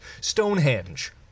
Stonehenge